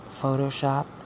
Photoshop